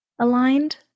aligned